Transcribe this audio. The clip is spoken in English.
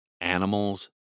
animals